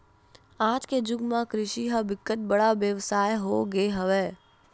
आज के जुग म कृषि ह बिकट बड़का बेवसाय हो गे हवय